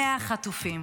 100 חטופים,